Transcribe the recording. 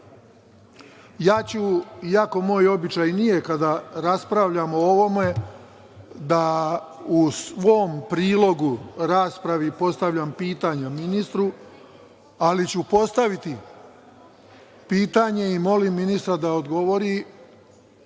ću, iako moj običaj nije kada raspravljamo o ovome da u svom prilogu raspravi postavljam pitanja ministru, ali ću postaviti pitanje i molim ministra da odgovori